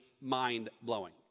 mind-blowing